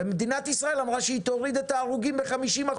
ומדינת ישראל אמרה שהיא תוריד את ההרוגים ב-50%,